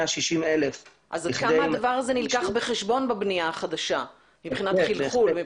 עד כמה הדבר הזה נלקח בחשבון בבנייה החדשה מבחינת חלחול?